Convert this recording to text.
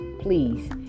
Please